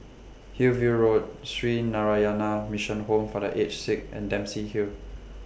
Hillview Road Sree Narayana Mission Home For The Aged Sick and Dempsey Hill